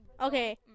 Okay